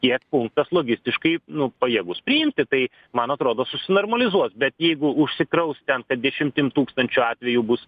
kiek punktas logistiškai nu pajėgus priimti tai man atrodo susinormalizuos bet jeigu užsikraus ten kad dešimtim tūkstančių atvejų bus